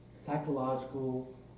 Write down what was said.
psychological